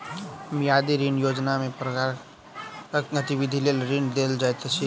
मियादी ऋण योजनामे केँ प्रकारक गतिविधि लेल ऋण देल जाइत अछि